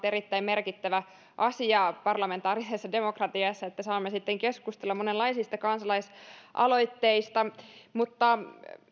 erittäin merkittävä asia parlamentaarisessa demokratiassa että saamme keskustella monenlaisista kansalaisaloitteista